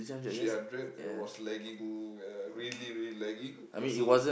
three hundred and it was lagging uh really really lagging uh so